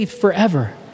forever